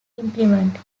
implement